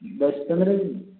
दस पन्द्रह दिन